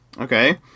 Okay